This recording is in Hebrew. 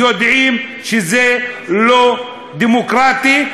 יודעים שזה לא דמוקרטי,